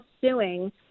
suing